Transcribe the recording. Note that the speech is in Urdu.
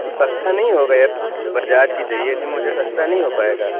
تو سَستا نہیں ہوگا بجاج کی چاہیے تھی مجھے سَستا نہیں ہو پائے گا